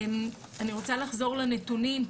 אני רוצה לחזור לנתונים,